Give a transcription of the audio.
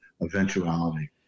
Eventuality